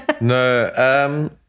No